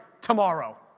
tomorrow